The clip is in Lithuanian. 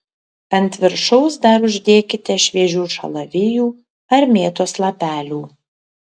ant viršaus dar uždėkite šviežių šalavijų ar mėtos lapelių